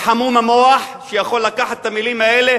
חמום-מוח שיכול לקחת את המלים האלה